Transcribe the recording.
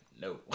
no